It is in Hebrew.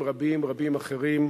רבים, רבים, רבים אחרים,